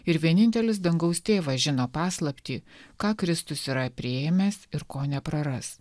ir vienintelis dangaus tėvas žino paslaptį ką kristus yra priėmęs ir ko nepraras